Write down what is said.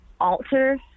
alter